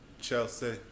Chelsea